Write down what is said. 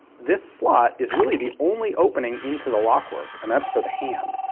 this slot is really the only opening into the lock work, and that's for the hand.